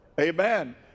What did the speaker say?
Amen